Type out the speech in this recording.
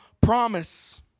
promise